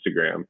Instagram